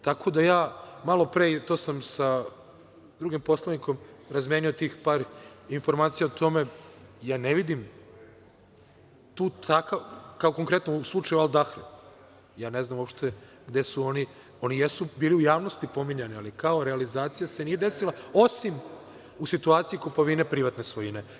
Tako da ja, malopre i to sam sa drugim poslanikom razmenio tih par informacija o tome, ja ne vidim tu takav, kao u konkretno slučaju Al Dahre, ja ne znam uopšte gde su oni, oni jesu bili u javnosti pominjani ali kao realizacija se nije desila, osim u situaciji kupovine privatne svojine.